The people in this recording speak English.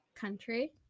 Country